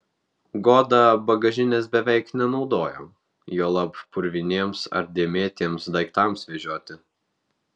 goda bagažinės beveik nenaudojo juolab purviniems ar dėmėtiems daiktams vežioti